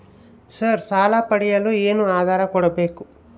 Sir ಸಾಲ ಪಡೆಯಲು ಏನು ಆಧಾರ ಕೋಡಬೇಕು?